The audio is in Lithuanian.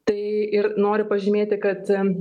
tai ir noriu pažymėti kad